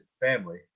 Family